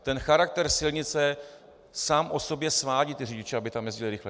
Ten charakter silnice sám o sobě svádí řidiče, aby tam jezdili rychle.